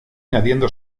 añadiendo